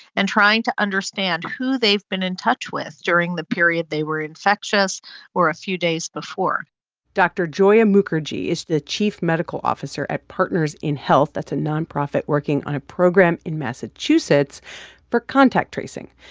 and trying to understand who they've been in touch with during the period they were infectious or a few days before dr. joia mukherjee is the chief medical officer at partners in health. that's a nonprofit working on a program in massachusetts for contact tracing.